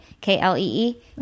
K-L-E-E